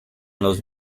los